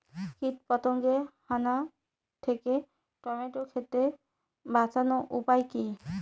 কীটপতঙ্গের হানা থেকে টমেটো ক্ষেত বাঁচানোর উপায় কি?